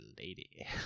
lady